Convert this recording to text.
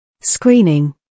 screening